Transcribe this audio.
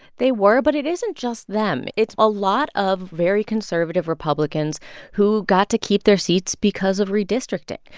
they were, but it isn't just them. it's a lot of very conservative republicans who got to keep their seats because of redistricting.